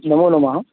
नमोनमः